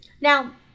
Now